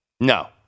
No